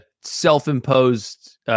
self-imposed